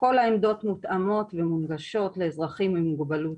כל העמדות מותאמות ומונגשות לאזרחים עם מוגבלות.